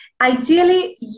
ideally